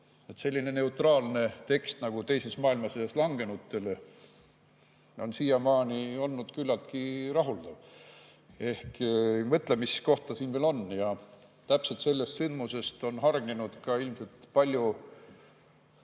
Selline neutraalne tekst nagu "teises maailmasõjas langenutele" on siiamaani olnud küllaltki rahuldav. Ehkki mõtlemiskohti siin veel on. Sellest sündmusest on hargnenud ilmselt ka palju